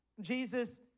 Jesus